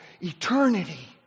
eternity